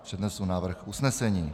Přednesu návrh usnesení.